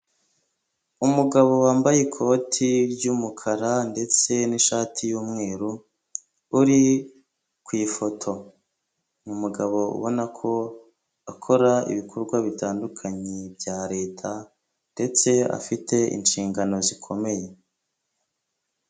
Umugabo wambaye ikoti ry'umukara ndetse n'ishati y'umweru uri ku ifoto, ni umugabo ubona ko akora ibikorwa bitandukanye bya leta, ndetse afite inshingano zikomeye.